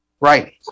Right